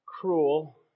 cruel